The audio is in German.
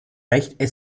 leicht